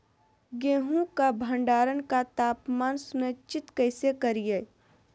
गेहूं का भंडारण का तापमान सुनिश्चित कैसे करिये?